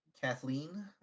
kathleen